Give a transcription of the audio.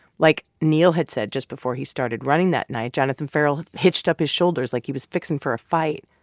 like, neal had said just before he started running that night jonathan ferrell hitched up his shoulders like he was fixing for a fight.